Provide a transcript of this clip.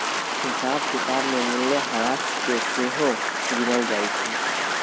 हिसाब किताब में मूल्यह्रास के सेहो गिनल जाइ छइ